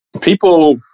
people